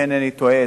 אם אינני טועה.